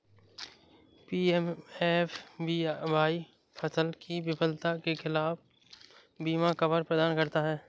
PMFBY फसल की विफलता के खिलाफ बीमा कवर प्रदान करता है